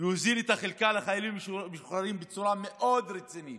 יוזיל את החלקה לחיילים המשוחררים בצורה מאוד רצינית